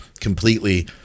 completely